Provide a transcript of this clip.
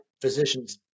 physician's